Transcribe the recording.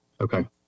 Okay